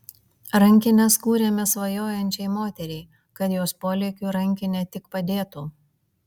rankines kūrėme svajojančiai moteriai kad jos polėkiui rankinė tik padėtų